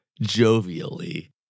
Jovially